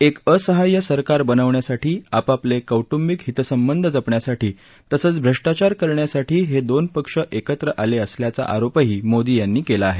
एक असहाय्य सरकार बनवण्यासाठी आपापले कौटुंबिक हितसंबंध जपण्यासाठी तसंच भ्रष्टाचार करण्यासाठी हे दोन्ही पक्ष एकत्र आले असल्याचा आरोपही मोदी यांनी केला आहे